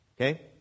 Okay